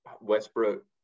Westbrook